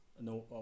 no